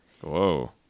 Whoa